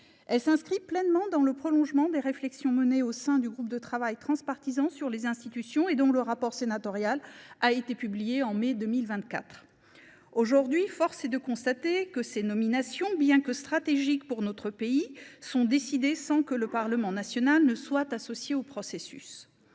texte s’inscrit pleinement dans le prolongement des réflexions menées au sein du groupe de travail transpartisan du Sénat sur les institutions, dont le rapport a été publié en mai 2024. Aujourd’hui, force est de constater que ces nominations, bien que stratégiques pour notre pays, sont décidées sans que le Parlement soit associé au processus.